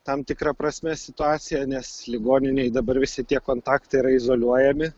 tam tikra prasme situaciją nes ligoninėj dabar visi tie kontaktai yra izoliuojami